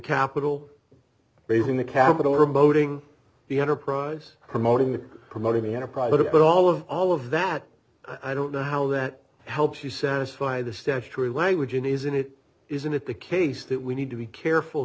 capital base in the capital or boating the enterprise promoting the promoting in a private but all of all of that i don't know how that helps you satisfy the statutory language in isn't it isn't it the case that we need to be careful